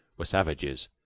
were savages,